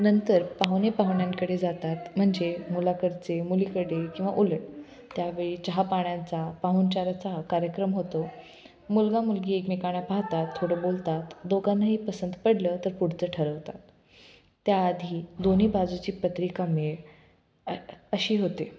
नंतर पाहुणे पाहुण्या्कडे जातात म्हणजे मुलाकडचे मुलीकडे किंवा उलट त्यावेळी चहापाण्याचा पाहूणचाराचा कार्यक्रम होतो मुलगा मुलगी एकमेकांना पाहतात थोडं बोलतात दोघांनाही पसंत पडलं तर पुढचं ठरवतात त्याआधी दोन्ही बाजूची पत्रिका मेळ अशी होते